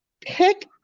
pick